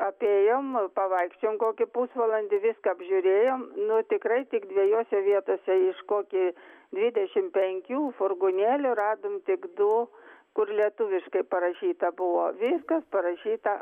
apėjom pavaikščiojom kokį pusvalandį viską apžiūrėjom nu tikrai tik dviejose vietose iš kokį dvidešim penkių furgonėlių radom tik du kur lietuviškai parašyta buvo viskas parašyta